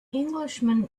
englishman